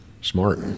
Smart